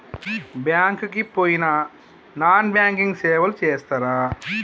Bank కి పోయిన non banking సేవలు చేస్తరా?